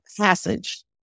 passage